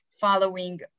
following